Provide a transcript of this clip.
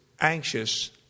anxious